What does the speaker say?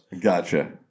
Gotcha